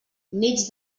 nits